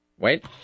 Wait